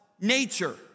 nature